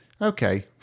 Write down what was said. Okay